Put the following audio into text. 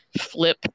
flip